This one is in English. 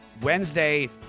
Wednesday